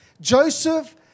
Joseph